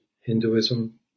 Hinduism